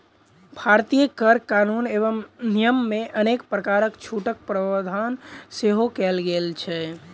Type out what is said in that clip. भारतीय कर कानून एवं नियममे अनेक प्रकारक छूटक प्रावधान सेहो कयल गेल छै